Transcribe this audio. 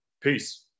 Peace